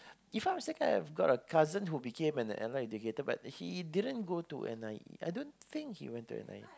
If I'm not mistaken I've got a cousin who became allied educator but he didn't go to N_I_E I don't think he went to N_I_E